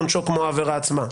עונשו כמו העבירה עצמה.